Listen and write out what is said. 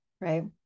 right